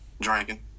drinking